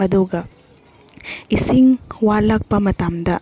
ꯑꯗꯨꯒ ꯏꯁꯤꯡ ꯋꯥꯠꯂꯛꯄ ꯃꯇꯝꯗ